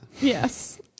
yes